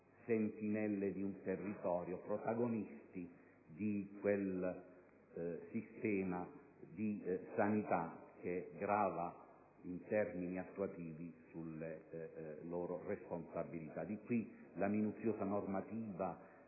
sentinelle di un territorio, protagonisti di quel sistema di sanità che grava in termini attuativi sulle loro responsabilità. Di qui la minuziosa normativa